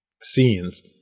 scenes